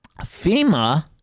FEMA